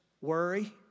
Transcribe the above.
Worry